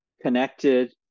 connected